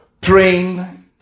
praying